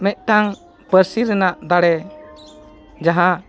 ᱢᱤᱫᱴᱟᱝ ᱯᱟᱹᱨᱥᱤ ᱨᱮᱱᱟᱜ ᱫᱟᱲᱮ ᱡᱟᱦᱟᱸ